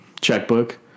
checkbook